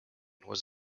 was